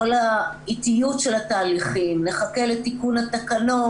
כל האיטיות של התהליכים - נחכה לתיקון התקנות,